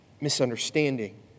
misunderstanding